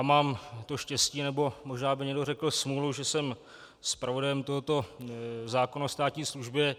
Mám to štěstí, nebo by možná někdo řekl smůlu, že jsem zpravodajem tohoto zákona o státní službě.